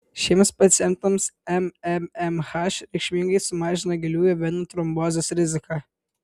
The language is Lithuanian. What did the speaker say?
šiems pacientams mmmh reikšmingai sumažina giliųjų venų trombozės riziką